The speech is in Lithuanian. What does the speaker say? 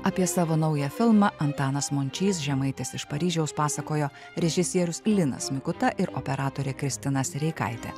apie savo naują filmą antanas mončys žemaitis iš paryžiaus pasakojo režisierius linas mikuta ir operatorė kristina sereikaitė